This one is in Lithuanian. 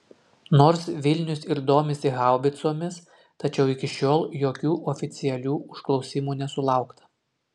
nors vilnius ir domisi haubicomis tačiau iki šiol jokių oficialių užklausimų nesulaukta